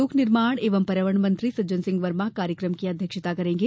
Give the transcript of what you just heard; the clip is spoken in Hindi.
लोक निर्मोण एवं पर्यावरण मंत्री सज्जन सिंह वर्मा कार्यक्रम की अध्यक्षता करेंगे